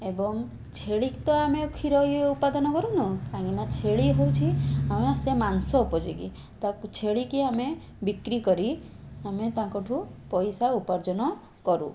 ଏବଂ ଛେଳି ତ ଆମେ କ୍ଷୀର ଇଏ ଉତ୍ପାଦନ କରୁନୁ କାହିଁକି ନା ଛେଳି ହେଉଛି ଆମ ସେ ମାଂସ ଉପଯୋଗୀ ତାକୁ ଛେଳି କି ଆମେ ବିକ୍ରି କରି ଆମେ ତାଙ୍କଠୁ ପଇସା ଉପାର୍ଜନ କରୁ